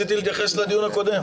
הצבעה בעד 5 נגד אין